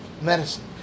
medicine